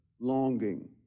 longing